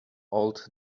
old